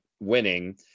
winning